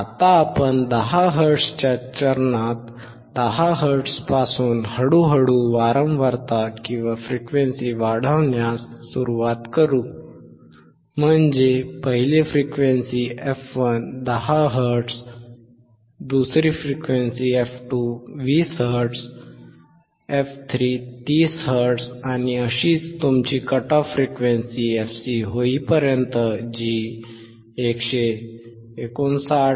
आता आपण 10 हर्ट्झच्या चरणात 10 हर्ट्झपासून हळूहळू वारंवारता वाढवण्यास सुरुवात करू म्हणजे पहिली फ्रिक्वेन्सी f1 10 हर्ट्ज दुसरी f2 20 हर्ट्ज f3 30 हर्ट्झ आणि अशीच तुमची कट ऑफ फ्रिक्वेन्सी fc होईपर्यंत जी 159